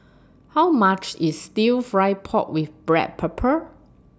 How much IS Stir Fried Pork with Black Pepper